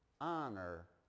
honor